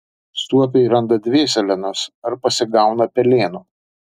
suopiai randa dvėselienos ar pasigauna pelėnų